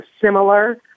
similar